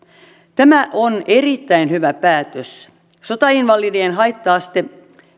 tämä on erittäin hyvä päätös sotainvalidien haitta astetta lasketaan